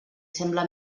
sembla